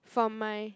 from my